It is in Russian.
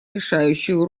решающую